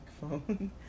phone